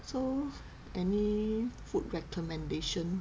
so any food recommendation